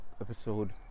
episode